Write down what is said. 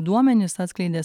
duomenis atskleidė